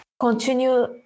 continue